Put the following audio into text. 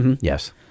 Yes